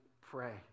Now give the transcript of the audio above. pray